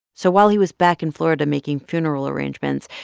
so while he was back in florida making funeral arrangements,